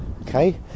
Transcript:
Okay